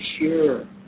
sure